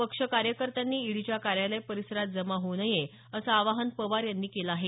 पक्ष कार्यकर्त्यांनी ईडीच्या कार्यालय परीसरात जमा होऊ नये असं आवाहन पवार यांनी केलं आहे